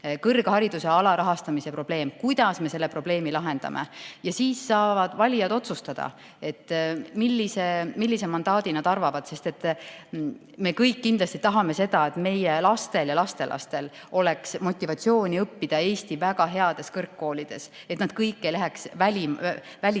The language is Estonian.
kõrghariduse alarahastamise probleem – kuidas me selle lahendame? Siis saavad valijad otsustada, millise mandaadi nad annavad. Me kõik kindlasti tahame seda, et meie lastel ja lastelastel oleks motivatsiooni õppida Eesti väga heades kõrgkoolides ja et nad kõik ei läheks välismaale